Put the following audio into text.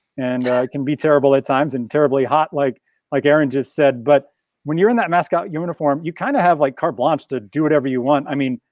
and it can be terrible at times and terribly hot like like aaron just said. but when you're in that mascot uniform, you kind of have like carte blanche to do whatever you want. i mean,